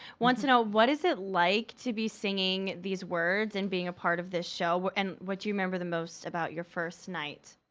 to know, what is it like to be singing these words and being a part of this show and what do you remember the most about your first night?